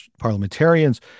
parliamentarians